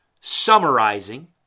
summarizing